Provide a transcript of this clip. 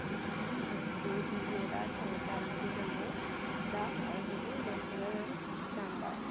उसगी news media जेह्ड़ा समाचार मिडिया जम्मू दा जेह्ड़े लोकें तकर पजांदा ऐ